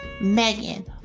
Megan